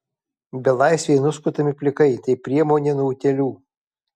belaisviai nuskutami plikai tai priemonė nuo utėlių